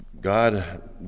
God